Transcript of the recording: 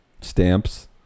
stamps